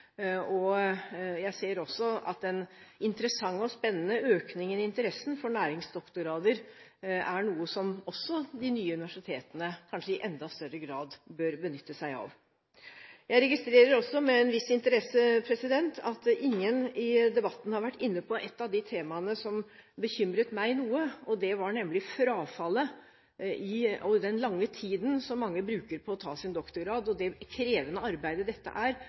og jeg ser også at en interessant og spennende økning i interessen for næringsdoktorgrader er noe som også de nye universitetene – kanskje i enda større grad – bør benytte seg av. Jeg registrerer også med en viss interesse at ingen i debatten har vært inne på et av de temaene som bekymret meg noe, nemlig frafallet og den lange tiden mange bruker på å ta sin doktorgrad, og det krevende arbeidet dette er